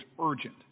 urgent